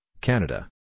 Canada